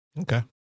okay